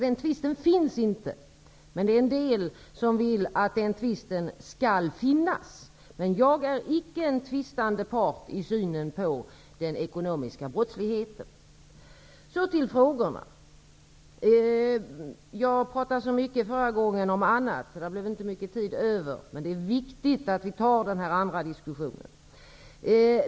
Den tvisten finns inte. Men det finns några som vill att den tvisten skall finnas. Jag har ingen avvikande syn på den ekonomiska brottsligheten. Så till frågorna. Jag talade i mitt förra inlägg mycket om annat, och det blev därför inte mycket tid över. Men det är viktigt att vi tar den diskussionen.